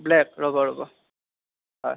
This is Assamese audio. ব্লেক ৰ'ব ৰ'ব হয়